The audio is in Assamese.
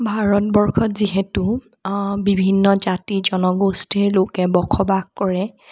ভাৰতবৰ্ষত যিহেতু বিভিন্ন জাতি জনগোষ্ঠীৰ লোকে বসবাস কৰে